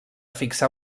fixar